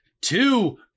two